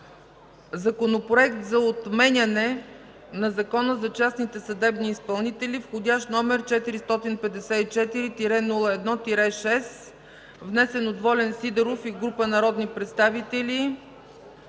Законопроект за отменяне на Закона за частните съдебни изпълнители с вх. № 454-01-6, внесен от Волен Сидеров и група народни представители.